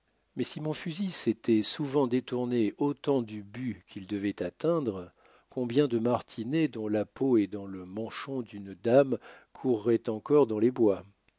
mais si mon fusil s'était souvent détourné autant du but qu'il devait atteindre combien de martinets dont la peau est dans le manchon d'une dame courraient encore dans les bois